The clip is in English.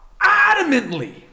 adamantly